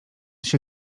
się